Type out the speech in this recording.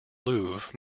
louvre